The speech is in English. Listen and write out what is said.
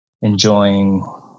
enjoying